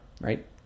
right